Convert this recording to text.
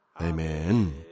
Amen